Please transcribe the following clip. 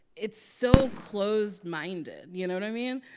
it's so closed-minded. you know what i mean?